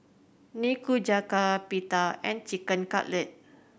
Nikujaga Pita and Chicken Cutlet